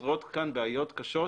יוצר כאן בעיות קשות